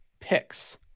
picks